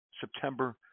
September